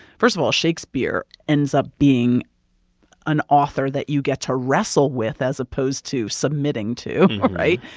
first of all, shakespeare ends up being an author that you get to wrestle with as opposed to submitting to, right?